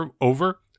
over